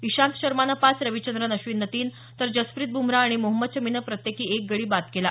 इशांत शर्मानं पाच रविचंद्रन अश्विननं तीन तर जसप्रित बुमराह आणि मोहम्मद शमीनं प्रत्येकी एक गडी बाद केला